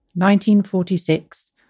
1946